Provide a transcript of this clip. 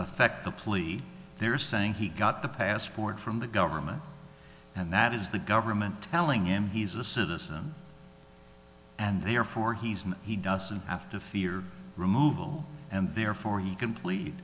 affect the plea they're saying he got the passport from the government and that is the government telling him he's a citizen and therefore he's and he doesn't have to fear removal and therefore you complete